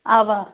اَوا